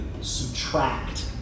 subtract